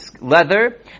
leather